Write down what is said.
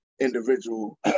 individual